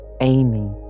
Amy